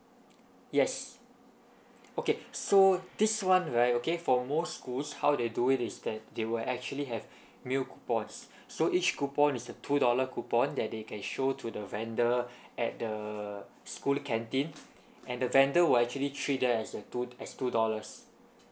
yes okay so this one right okay for most schools how they do it is that they will actually have meal coupons so each coupon is a two dollar coupon that they can show to the vendor at the school canteen and the vendor will actually treat that as a two as two dollars